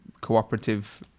cooperative